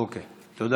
אין לי שאלה.